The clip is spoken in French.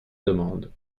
demande